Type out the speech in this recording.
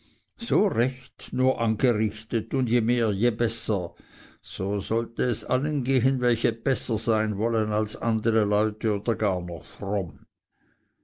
so recht nur angerichtet und je mehr je besser so sollte es allen gehen welche besser sein wollen als andere leute oder gar noch fromm